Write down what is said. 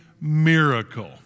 miracle